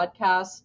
podcast